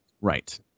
Right